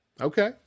Okay